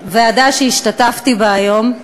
ישיבת ועדה שהשתתפתי בה היום,